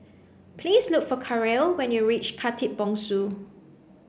please look for Karel when you reach Khatib Bongsu